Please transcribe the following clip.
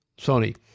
Sony